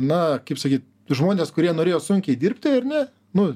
na kaip sakyt žmonės kurie norėjo sunkiai dirbti ar ne nu